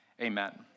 Amen